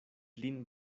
lin